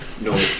No